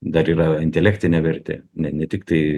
dar yra intelektinė vertė ne ne tiktai